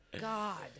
God